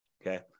Okay